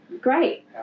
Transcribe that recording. Great